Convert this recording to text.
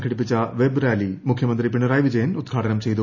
സംഘടിപ്പിച്ച web rally മുഖ്യമന്ത്രി പിണറായി വിജയൻ ഉദ്ഘാടനം ചെയ്തു